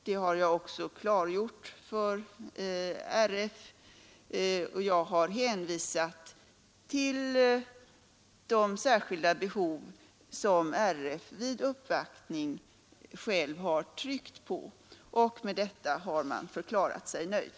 Det har jag också klargjort för RF, och jag har hänvisat till de särskilda behov som RF vid uppvaktning självt har tryckt på. Med detta har man förklarat sig nöjd.